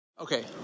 Okay